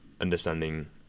understanding